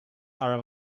are